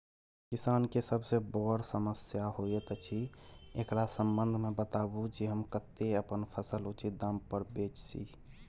किसान के सबसे बर समस्या होयत अछि, एकरा संबंध मे बताबू जे हम कत्ते अपन फसल उचित दाम पर बेच सी?